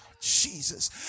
Jesus